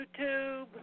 YouTube